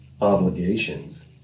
obligations